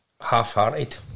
half-hearted